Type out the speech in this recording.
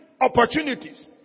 opportunities